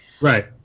right